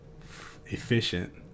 Efficient